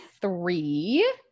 three